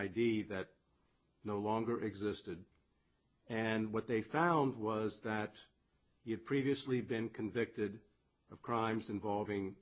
id that no longer existed and what they found was that he had previously been convicted of crimes involving